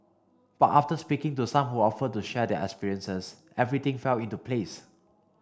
but after speaking to some who offered to share their experiences everything fell into place